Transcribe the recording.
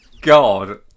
God